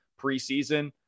preseason